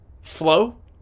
flow